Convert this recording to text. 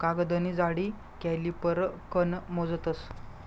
कागदनी जाडी कॉलिपर कन मोजतस